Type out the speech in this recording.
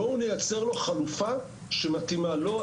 בואו נייצר לו חלופה שמתאימה לו.